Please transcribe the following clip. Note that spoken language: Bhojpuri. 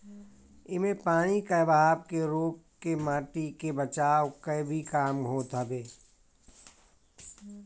इमे पानी कअ बहाव के रोक के माटी के बचावे कअ भी काम होत हवे